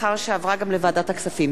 לאחר שעברה גם לוועדת הכספים.